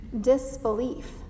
disbelief